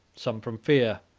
some from fear,